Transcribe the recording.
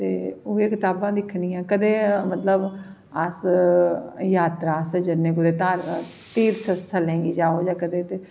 ते उऐ कताबां दिक्खनीं आं कदैं मतलव अस जात्तरा अस जन्नें कुदै धार्मिक तीर्थ स्थलें गी जाना होऐ कदैं ते